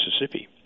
Mississippi